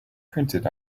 printed